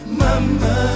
mama